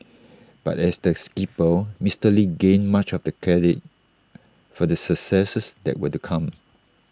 but as the skipper Mister lee gained much of the credit for the successes that were to come